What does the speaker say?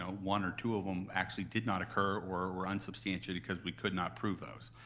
ah one or two of them actually did not occur or were unsubstantiated, cause we could not prove those.